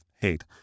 hate